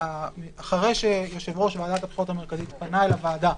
אחרי שיושב-ראש ועדת הבחירות המרכזית פנה לוועדה,